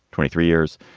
twenty three years.